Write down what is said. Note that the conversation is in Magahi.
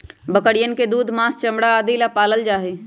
बकरियन के दूध, माँस, चमड़ा आदि ला पाल्ल जाहई